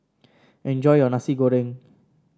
enjoy your Nasi Goreng